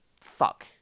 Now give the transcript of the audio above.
fuck